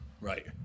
Right